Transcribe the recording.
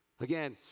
Again